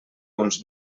uns